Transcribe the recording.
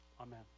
Amen